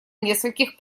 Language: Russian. нескольких